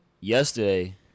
yesterday